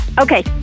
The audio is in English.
Okay